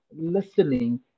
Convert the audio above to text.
listening